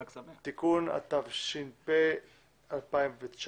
(תיקון), התש"ף-2019.